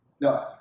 No